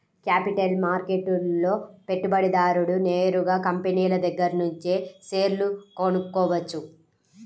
capital మార్కెట్లో పెట్టుబడిదారుడు నేరుగా కంపినీల దగ్గరనుంచే షేర్లు కొనుక్కోవచ్చు